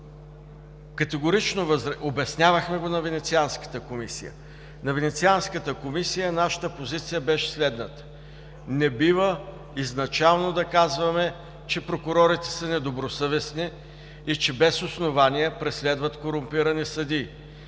наскоро. Обяснявахме го на Венецианската комисия. На Венецианската комисия нашата позиция беше следната: не бива изначално да казваме, че прокурорите са недобросъвестни и че без основание преследват корумпирани съдии,